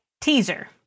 Teaser